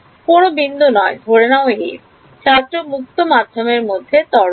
কোনবিন্দু নয় ধরে নাও a ছাত্র মুক্ত মাধ্যমের মধ্যে তরঙ্গ